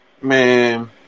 man